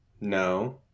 No